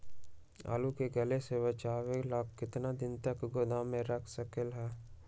आलू के गले से बचाबे ला कितना दिन तक गोदाम में रख सकली ह?